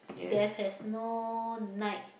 there's have no night